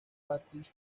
patrick